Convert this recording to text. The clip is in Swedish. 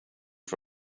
för